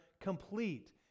complete